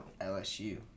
LSU